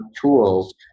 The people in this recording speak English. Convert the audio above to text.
tools